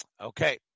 Okay